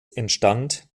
entstand